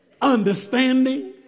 understanding